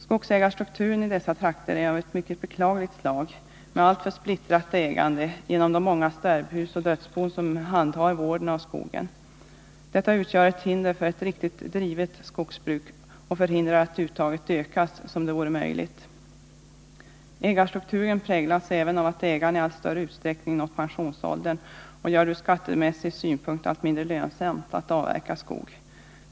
Skogsägarstrukturen i dessa trakter är av ett mycket beklagligt slag, med alltför splittrat ägande genom de många stärbhus och dödsbon som handhar vården av skogen. Detta utgör ett hinder för ett riktigt drivet skogsbruk och förhindrar att uttaget ökas som det vore möjligt. Ägarstrukturen präglas även av att ägarna i allt större utsträckning nått pensionsåldern, vilket gör det ur skattemässig synpunkt allt mindre lönsamt att avverka skog.